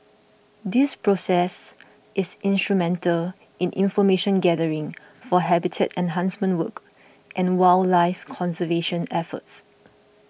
this process is instrumental in information gathering for habitat enhancement work and wildlife conservation efforts